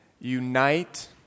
unite